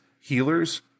healers